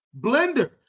Blender